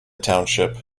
township